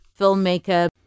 filmmaker